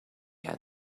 had